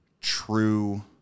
True